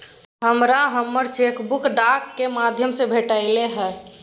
हमरा हमर cheque book डाक के माध्यम से भेटलय हन